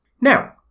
Now